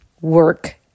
work